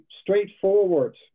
straightforward